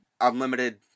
unlimited